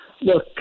Look